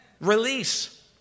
release